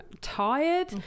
tired